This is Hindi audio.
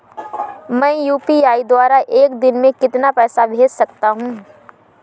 मैं यू.पी.आई द्वारा एक दिन में कितना पैसा भेज सकता हूँ?